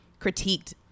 critiqued